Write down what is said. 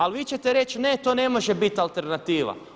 Ali vi ćete reći ne, to ne može biti alternativa.